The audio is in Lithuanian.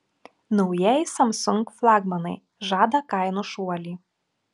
naujieji samsung flagmanai žada kainų šuolį